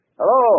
Hello